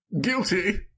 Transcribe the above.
Guilty